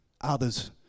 others